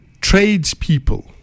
tradespeople